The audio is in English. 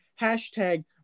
hashtag